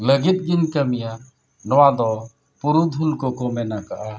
ᱞᱟᱹᱜᱤᱫ ᱜᱤᱧ ᱠᱟᱹᱢᱤᱭᱟ ᱱᱚᱣᱟᱫᱚ ᱯᱩᱨᱩᱫᱷᱩᱞ ᱠᱚᱠᱚ ᱢᱮᱱ ᱠᱟᱜᱼᱟ